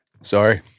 Sorry